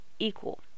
equal